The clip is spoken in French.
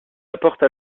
apporte